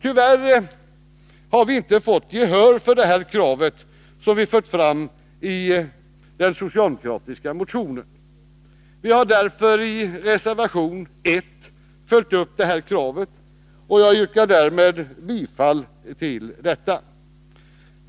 Tyvärr har vi inte fått gehör för detta krav, som vi har fört fram i den socialdemokratiska motionen. Vi har därför i reservation 1 följt upp detta krav, vilket jag härmed yrkar bifall till.